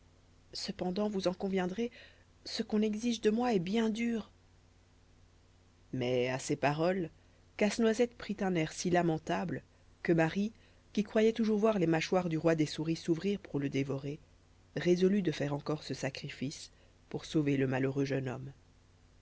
cependant vous en conviendrez ce qu'on exige de moi est bien dur mais à ces paroles casse noisette prit un air si lamentable que marie qui croyait toujours voir les mâchoires du roi des souris s'ouvrir pour le dévorer résolut de faire encore ce sacrifice pour sauver le malheureux jeune homme